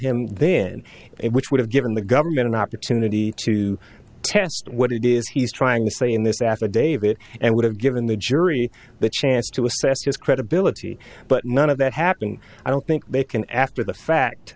him then it which would have given the government an opportunity to what it is he's trying to say in this affidavit and would have given the jury the chance to assess his credibility but none of that happening i don't think they can after the fact